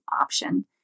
option